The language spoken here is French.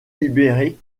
libéré